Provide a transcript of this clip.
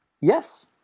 Yes